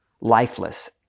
lifeless